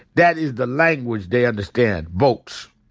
that is the language they understand. votes.